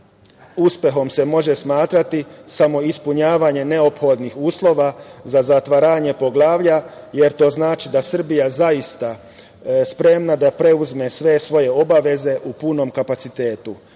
uspehom se može smatrati samo ispunjavanje neophodnih uslova za zatvaranje poglavlja, jer to znači da je Srbija zaista spremna da preuzme sve svoje obaveze u punom kapacitetu. Smatramo